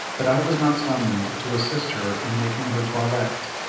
but i was not summoned to assist her in making her toilette.